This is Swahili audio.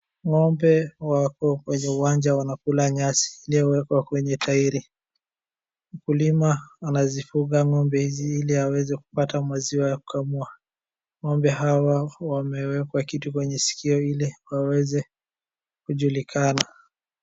Ng'ombe wako kwenye uwanja wanakula nyasi iliyowekw kwenye tairi. Mkulima anazifuga ng'ombe hizi ili aweze kupata maziwa ya kukamua. Ng'ombe hawa wamewekwa kitu kwenye sikio ili waweze kujulikana.